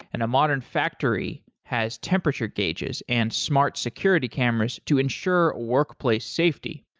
and a modern factory has temperature gauges and smart security cameras to ensure workplace safety.